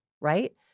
right